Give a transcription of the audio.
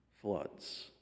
floods